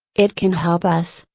it can help us,